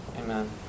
Amen